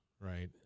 Right